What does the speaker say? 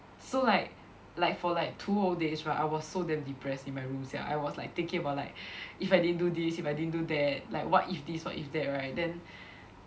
so like like for like two whole days right I was so damn depressed in my room sia I was like thinking about like if I didn't do this if I didn't do that like what if this what if that right then